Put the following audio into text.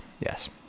Yes